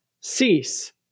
cease